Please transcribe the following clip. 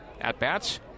at-bats